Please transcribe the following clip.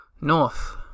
North